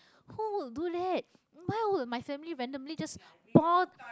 who would do that why would my family randomly just pour